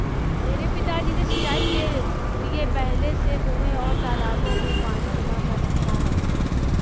मेरे पिताजी ने सिंचाई के लिए पहले से कुंए और तालाबों में पानी जमा कर रखा है